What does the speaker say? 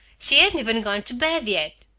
she hadn't even gone to bed yet.